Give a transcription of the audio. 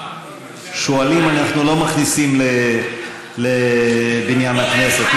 שועלים אנחנו לא מכניסים לבניין הכנסת.